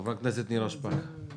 חברת הכנסת נירה שפק.